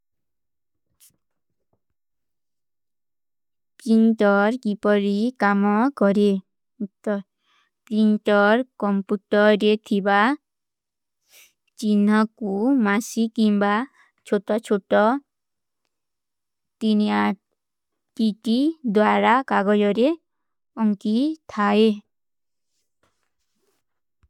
କିଂଟର କୀପରୀ କାମା କରେ, କିଂଟର କଂପୁଟରେ ଥିବା, ଚିନ୍ହ କୂ ମାସୀ କିଂବା ଚୋଟା-ଚୋଟା, ତିନ୍ଯାଦ କୀଟୀ ଦ୍ଵାରା କାଗଜରେ ଅଂକୀ ଥାଈ।